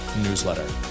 newsletter